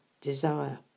Desire